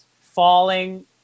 falling